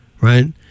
right